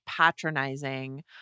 patronizing